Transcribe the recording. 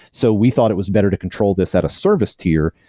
so we thought it was better to control this at a service tier,